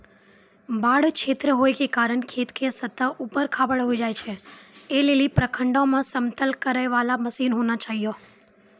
बाढ़ क्षेत्र होय के कारण खेत के सतह ऊबड़ खाबड़ होय जाए छैय, ऐ लेली प्रखंडों मे समतल करे वाला मसीन होना चाहिए?